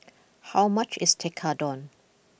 how much is Tekkadon